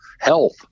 health